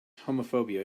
homophobia